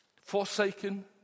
forsaken